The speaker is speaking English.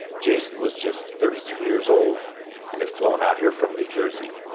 jason was just thirty two years old and had flown out here from new jersey.